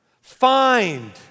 Find